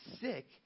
sick